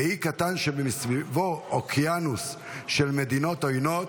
באי קטן שמסביבו אוקיינוס של מדינות עוינות,